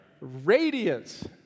radiance